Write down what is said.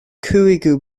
cúigiú